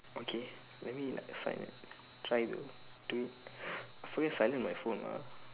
okay let me like find try to do it I forget to silent my phone lah